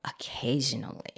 occasionally